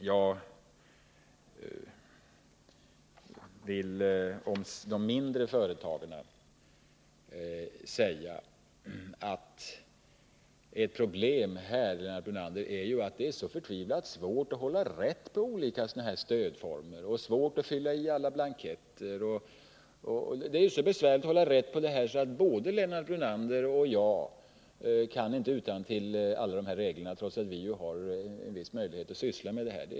Jag vill om de mindre företagen säga att ett problem är, Lennart Brunander, att det är så förtvivlat svårt att hålla reda på olika stödformer och att fylla i blanketter. Det är så besvärligt att hålla reda på alla dessa regler att inte heller Lennart Brunander och jag kan dem utantill, trots att vi ju har en viss möjlighet att syssla med detta.